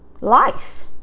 life